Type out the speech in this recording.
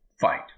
fight